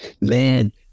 Man